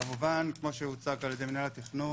כמו שהוצג על ידי מינהל התכנון,